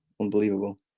unbelievable